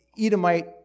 Edomite